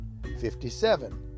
57